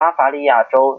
巴伐利亚州